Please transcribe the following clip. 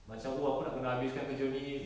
macam oh aku kena habiskan kerja ni